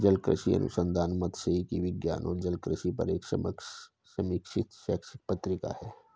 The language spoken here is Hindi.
जलकृषि अनुसंधान मात्स्यिकी विज्ञान और जलकृषि पर एक समकक्ष समीक्षित शैक्षणिक पत्रिका है